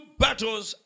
battles